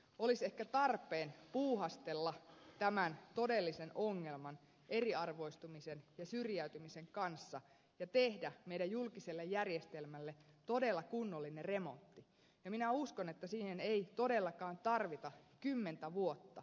olisi ehkä tarpeen puuhastella tämän todellisen ongelman eriarvoistumisen ja syrjäytymisen kanssa ja tehdä meidän julkiselle järjestelmällemme todella kunnollinen remontti ja minä uskon että siihen ei todellakaan tarvita kymmentä vuotta